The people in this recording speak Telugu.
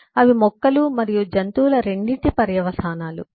అవి మొక్కలు మరియు జంతువుల రెండింటి పర్యవసానాలు